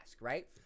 right